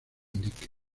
indique